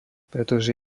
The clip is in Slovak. pretože